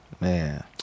Man